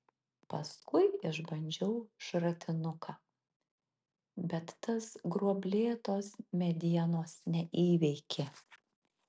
paskui išbandžiau šratinuką bet tas gruoblėtos medienos neįveikė